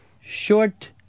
Short